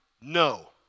No